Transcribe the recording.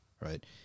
right